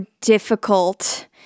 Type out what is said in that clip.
difficult